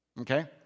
Okay